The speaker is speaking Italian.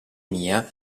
mia